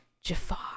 Jafar